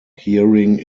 hearing